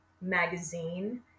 Magazine